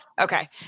Okay